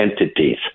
entities